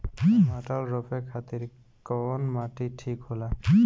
टमाटर रोपे खातीर कउन माटी ठीक होला?